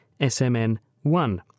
SMN1